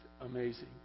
amazing